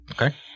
Okay